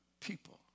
people